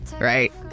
Right